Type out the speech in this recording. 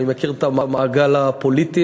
אני מכיר את המעגל הפוליטי,